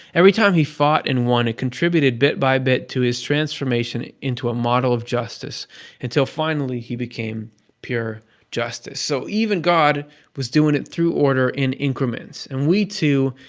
every time he fought and won. it contributed bit by bit to his transformation into a model of justice until finally he became pure justice. so even god was doing it through order in increments. and we, too,